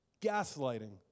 gaslighting